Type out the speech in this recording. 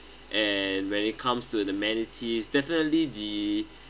and when it comes to the amenities definitely the